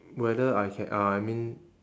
whether I can uh I mean